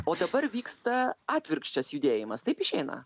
o dabar vyksta atvirkščias judėjimas taip išeina